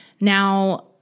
Now